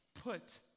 put